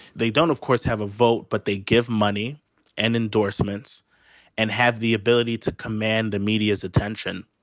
they don't, of course, have a vote, but they give money and endorsements and have the ability to command the media's attention.